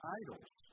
idols